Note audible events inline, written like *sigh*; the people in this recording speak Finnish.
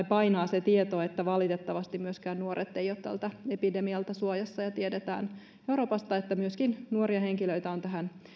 *unintelligible* painaa se tieto että valitettavasti myöskään nuoret eivät ole tältä epidemialta suojassa ja tiedetään euroopasta että myöskin nuoria henkilöitä on tähän